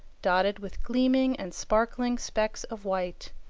dotted with gleaming and sparkling specks of white.